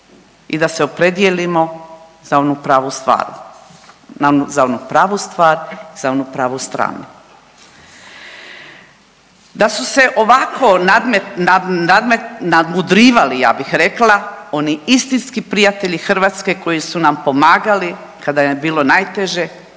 za onu pravu stvar, za onu pravu stvar i za onu pravu stranu. Da su se ovako nadmudrivali ja bih rekla oni istinski prijatelji Hrvatske koji su nam pomagali kada nam je bilo najteže